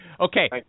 okay